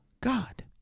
God